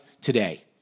today